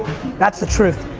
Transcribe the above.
that's the truth